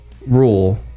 rule